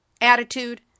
attitude